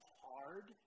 hard